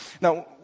Now